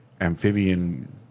amphibian